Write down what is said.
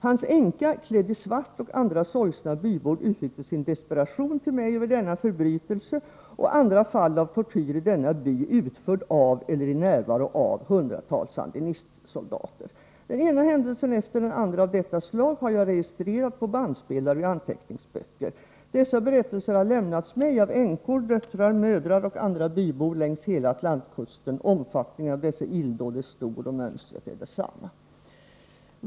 Hans änka, klädd i svart, och andra sorgsna bybor uttryckte sin desperation till mig över denna förbrytelse och andra fall av tortyr i denna by utförd av eller i närvaro av hundratals sandinistsoldater. ——- Den ena händelsen efter den andra av detta slag har jag registrerat på bandspelare och i anteckningsböcker. Dessa berättelser har lämnats mig av änkor, döttrar, mödrar och andra bybor längs hela Atlantkusten. Omfattningen av dessa illdåd är stor och mönstret är detsamma.